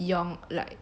yo~ like